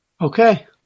Okay